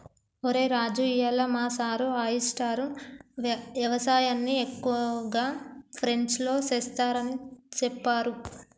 ఒరై రాజు ఇయ్యాల మా సారు ఆయిస్టార్ యవసాయన్ని ఎక్కువగా ఫ్రెంచ్లో సెస్తారని సెప్పారు